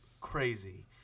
crazy